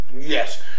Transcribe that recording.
Yes